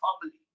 family